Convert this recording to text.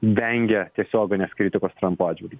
vengia tiesioginės kritikos trampo atžvilgiu